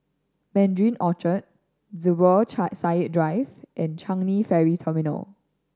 Mandarin Orchard Zubir Said Drive and Changi Ferry Terminal